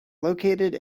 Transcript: located